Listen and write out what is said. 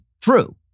true